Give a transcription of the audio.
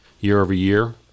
year-over-year